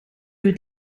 het